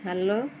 hello